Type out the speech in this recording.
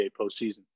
postseason